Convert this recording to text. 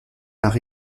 par